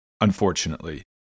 unfortunately